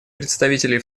представителей